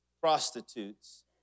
prostitutes